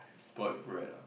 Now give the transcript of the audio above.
spoiled brat ah